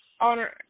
honor